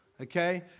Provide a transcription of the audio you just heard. okay